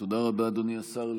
תודה רבה, אדוני השר.